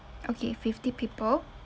okay fifty people